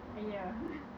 !aiya!